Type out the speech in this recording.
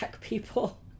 people